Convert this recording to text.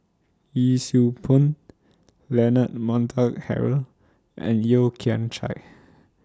Yee Siew Pun Leonard Montague Harrod and Yeo Kian Chai